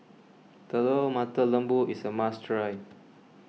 Telur Mata Lembu is a must try